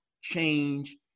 change